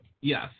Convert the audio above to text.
Yes